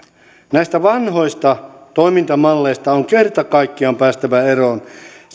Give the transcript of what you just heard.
näistä vanhoista toimintamalleista on kerta kaikkiaan päästävä eroon